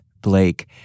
Blake